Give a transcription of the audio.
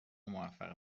موفق